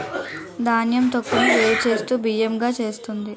ధాన్యం తొక్కును వేరు చేస్తూ బియ్యం గా చేస్తుంది